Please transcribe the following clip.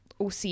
OC